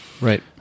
right